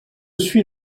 suit